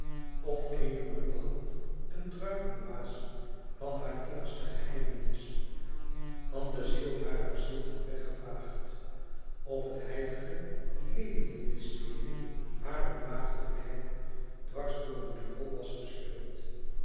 of eene ruwe hand een druivenwaas van haar innigste geheimenis van de ziel harer ziel had weggevaagd of het heilige leliënmysterie harer maagdelijkheid dwars door een riool was gesleurd